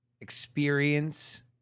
experience